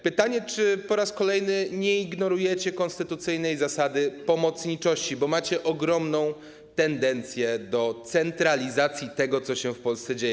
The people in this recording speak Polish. Pytanie, czy po raz kolejny nie ignorujecie konstytucyjnej zasady pomocniczości, bo macie ogromną tendencję do centralizacji tego, co się w Polsce dzieje.